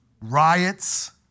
riots